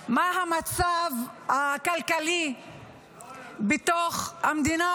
מה המצב הכלכלי במדינה,